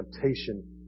temptation